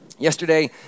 Yesterday